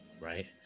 right